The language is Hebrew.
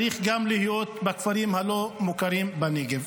זה צריך גם להיות בכפרים הלא-מוכרים בנגב.